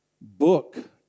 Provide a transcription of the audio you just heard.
book